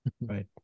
Right